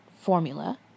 formula